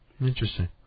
Interesting